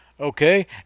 okay